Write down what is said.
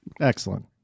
excellent